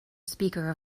speaker